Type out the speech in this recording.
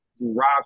rob